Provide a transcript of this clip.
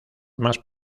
más